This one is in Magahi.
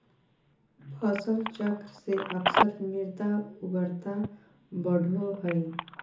फसल चक्र से अक्सर मृदा उर्वरता बढ़ो हइ